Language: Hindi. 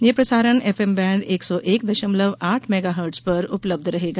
ये प्रसारण एफएम बैण्ड एक सौ एक दशमलव आठ मेगा हट्र्ज पर उपलब्ध रहेगा